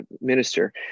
Minister